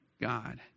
God